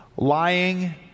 Lying